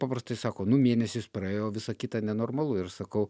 paprastai sako nu mėnesis praėjo o visa kita nenormalu ir sakau